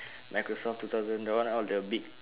Microsoft two thousand that one all the big